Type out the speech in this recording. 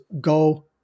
go